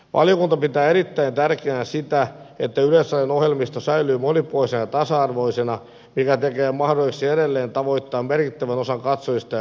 valiokunta pitää erittäin tärkeänä sitä että yleisradion ohjelmisto säilyy monipuolisena ja tasa arvoisena mikä tekee mahdolliseksi edelleen tavoittaa merkittävän osan katsojista ja kuulijoista